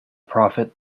prophet